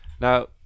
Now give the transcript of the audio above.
Now